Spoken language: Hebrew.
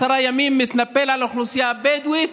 עשרה ימים מתנפל על האוכלוסייה הבדואית